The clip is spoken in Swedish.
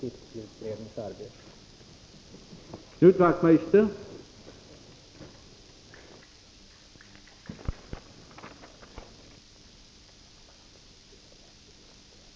minska väntetiderna för polisutredningar